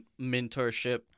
mentorship-